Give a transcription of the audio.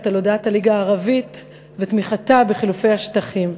על הודעת הליגה הערבית ותמיכתה בחילופי השטחים.